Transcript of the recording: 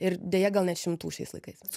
ir deja gal net šimtų šiais laikais